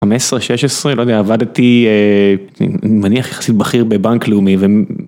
15, 16, לא יודע, עבדתי מניח יחסית בכיר בבנק לאומי.